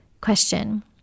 Question